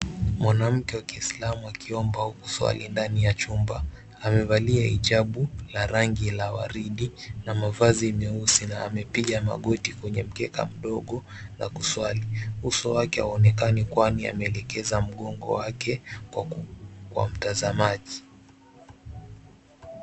Mwanamke wa Kislamu akiomba au kusali ndani ya chumba. Amevalia hijabu la rangi ya waridi na mavazi meusi na amepiga magoti kwenye mkeka mdogo na kuswali. Uso wake huonekani kwani amelekeza mgongo wake kwa mtazamaji.